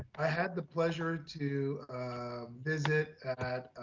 i had the pleasure to visit at